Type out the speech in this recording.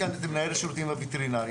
נמצא כאן מנהל השירותים הווטרינריים,